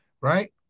right